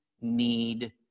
need